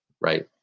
Right